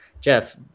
jeff